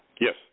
Yes